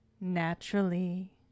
naturally